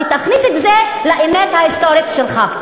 ותכניס את זה לאמת ההיסטורית שלך.